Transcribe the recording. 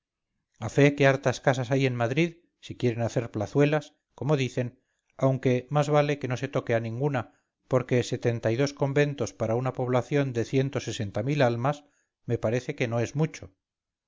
fe que hartas casas hay en madrid si quieren hacer plazuelas como dicen aunque más vale que no se toque a ninguna porque setenta y dos conventos para una población de almas me parece que no es mucho